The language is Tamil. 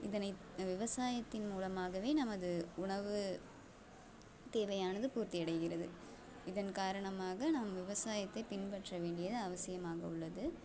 இதனை விவசாயத்தின் மூலமாகவே நமது உணவு தேவையானது பூர்த்தி அடைகிறது இதன் காரணமாக நாம் விவசாயத்தை பின்பற்ற வேண்டியது அவசியமாக உள்ளது